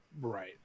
Right